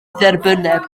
dderbynneb